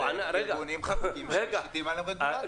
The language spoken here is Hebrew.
יש ארגונים חזקים שמשיתים עליהם רגולציה.